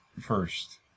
first